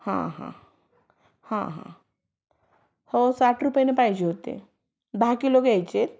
हां हां हां हां हो साठ रुपयाने पाहिजे होते दहा किलो घ्यायचे